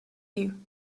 you